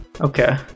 okay